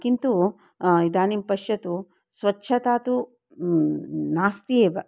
किन्तु इदानीं पश्यतु स्वच्छता तु नास्त्येव